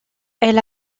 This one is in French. elle